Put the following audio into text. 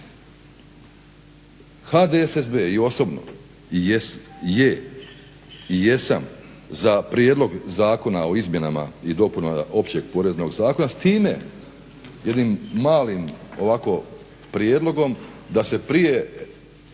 HDSSB i osobno i je i jesam za Prijedlog zakona o izmjenama i dopunama Općeg poreznog zakona s time, s jednim malim ovakvim prijedlogom da se i prije